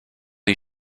you